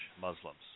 Muslims